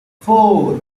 four